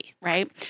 right